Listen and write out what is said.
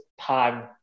time